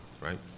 right